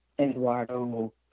Eduardo